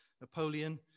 Napoleon